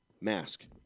Mask